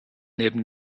neben